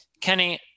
Kenny